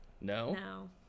No